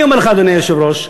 אדוני היושב-ראש,